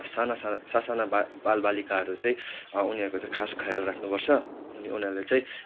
साना साना स साना बाल बाल बालिकाहरू चाहिँ उनिहरूको चाहिँ खास खयाल राख्नु पर्छ उनिहरूले चाहिँ